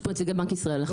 יש פה נציגי בנק ישראל.